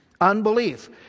unbelief